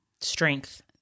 Strength